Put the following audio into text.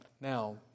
Now